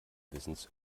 wissens